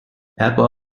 apple